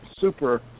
super